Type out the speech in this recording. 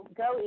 go